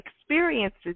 experiences